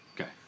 Okay